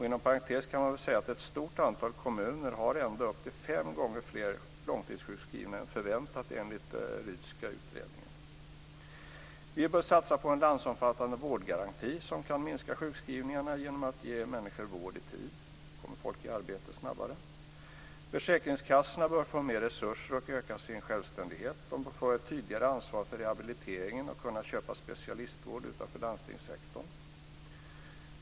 Inom parentes kan sägas att ett stort antal kommuner har ända upp till fem gånger fler långtidssjukskrivna än förväntat enligt Rydhska utredningen. Vi bör satsa på en landsomfattande vårdgaranti som kan minska sjukskrivningarna genom att ge människor vård i tid, och då kommer folk i arbete snabbare. Försäkringskassorna bör få mer resurser och öka sin självständighet. De bör få ett tydligare ansvar för rehabiliteringen och kunna köpa specialistvård utanför landstingssektorn.